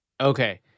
Okay